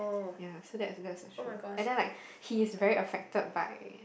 ya so that's that's the show and then like he is very affected by